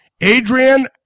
Adrian